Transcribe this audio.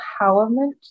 empowerment